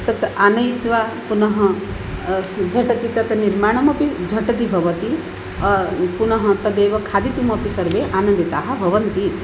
तत् आनयित्वा पुनः स् झटिति तत् निर्माणमपि झटिति भवति पुनः तदेव खादितुमपि सर्वे आनन्दिताः भवन्ति